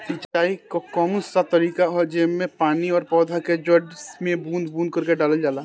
सिंचाई क कउन सा तरीका ह जेम्मे पानी और पौधा क जड़ में बूंद बूंद करके डालल जाला?